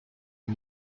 and